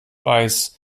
weiß